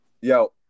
Yo